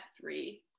three